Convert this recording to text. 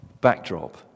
backdrop